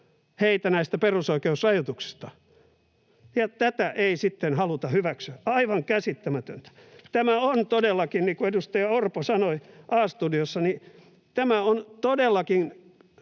heitä näistä perusoikeusrajoituksista, ja tätä ei sitten haluta hyväksyä — aivan käsittämätöntä. Tämä on todellakin, niin kuin edustaja Orpo sanoi A-studiossa, demareiden